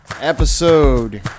Episode